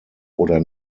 oder